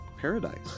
Paradise